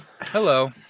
Hello